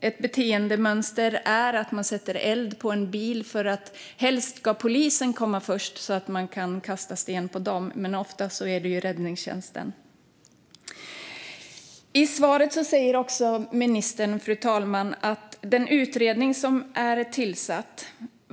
Ett beteendemönster är att man sätter eld på en bil för att poliserna helst ska komma först så att man kan kasta sten på dem, men oftast är det ju räddningstjänsten. I svaret säger ministern, fru talman, att en utredning är tillsatt.